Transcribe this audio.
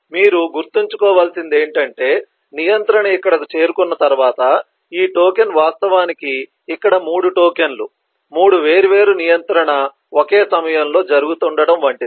మీరు గుర్తుంచుకోవలసినది ఏమిటంటే నియంత్రణ ఇక్కడకు చేరుకున్న తర్వాత ఈ టోకెన్ వాస్తవానికి ఇక్కడ 3 టోకెన్లు 3 వేర్వేరు నియంత్రణ ఒకే సమయంలో జరుగుతుండటం వంటిది